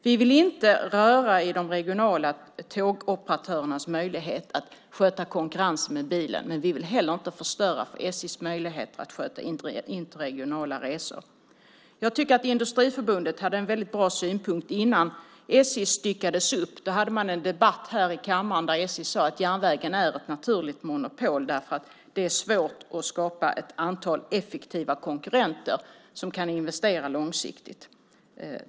Vi vill inte röra i de regionala tågoperatörernas möjlighet att sköta konkurrensen med bilen, men vi vill inte heller förstöra för SJ:s möjligheter att sköta interregionala resor. Jag tycker att Industriförbundet hade en väldigt bra synpunkt innan SJ styckades upp. Då hade man en debatt här i kammaren. SJ menade att järnvägen är ett naturligt monopol därför att det är svårt att skapa ett antal effektiva konkurrenter som kan investera långsiktigt.